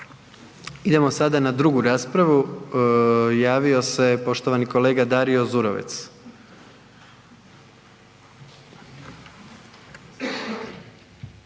Idemo sada na drugu raspravu, javio se poštovani kolega Dario Zurovec.